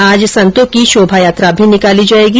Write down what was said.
आज संतों की शोभायात्रा भी निकाली जायेगी